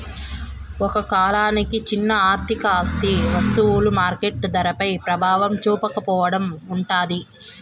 ఒక కాలానికి చిన్న ఆర్థిక ఆస్తి వస్తువులు మార్కెట్ ధరపై ప్రభావం చూపకపోవడం ఉంటాది